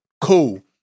Cool